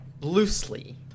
Loosely